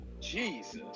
Jesus